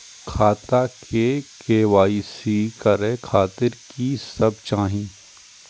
खाता के के.वाई.सी करे खातिर की सब चाही?